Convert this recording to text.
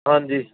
ਹਾਂਜੀ